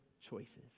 choices